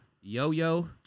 Yo-Yo